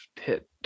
hit